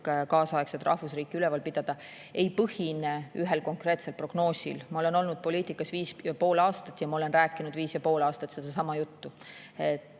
kaasaegset rahvusriiki üleval pidada, ei põhine ühel konkreetsel prognoosil. Ma olen olnud poliitikas 5,5 aastat ja ma olen rääkinud 5,5 aastat sedasama juttu.